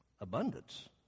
Abundance